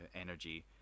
energy